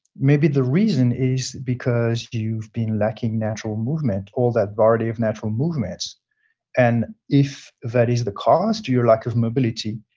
maybe the reason is because you've been lacking natural movement, all that variety of natural movements and if that is the cause to your lack of mobility,